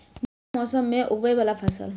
जाड़ा मौसम मे उगवय वला फसल?